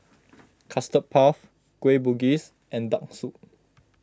Custard Puff Kueh Bugis and Duck Noodle